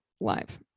live